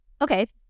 okay